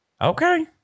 Okay